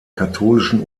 katholischen